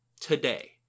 today